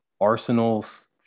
Arsenal's